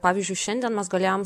pavyzdžiui šiandien mes galėjom